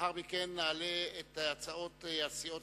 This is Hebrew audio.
לאחר מכן נעלה את הצעות הסיעות